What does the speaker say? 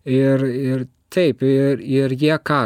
ir ir taip ir ir jie ką